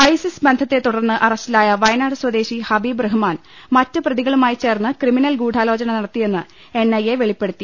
ISIS ബ്ന്ധത്തെ തുടർന്ന് അറസ്റ്റിലായ വയനാട് സ്വദേശി ഹ്ബീബ് റഹ്മാൻ മറ്റ് പ്രതികളുമായി ചേർന്ന് ക്രിമിനൽ ഗൂഢാലോചന നടത്തിയെന്ന് എൻ ഐഎ വെളിപ്പെടുത്തി